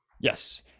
Yes